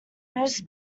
noticed